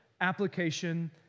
application